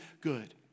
good